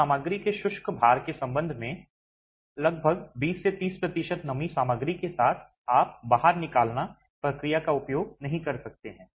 तो सामग्री के शुष्क भार के संबंध में लगभग 20 से 30 प्रतिशत नमी सामग्री के साथ आप बाहर निकालना प्रक्रिया का उपयोग नहीं कर सकते हैं